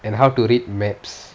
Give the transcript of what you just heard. and how to read maps